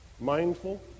mindful